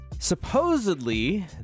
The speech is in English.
Supposedly